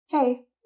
Hey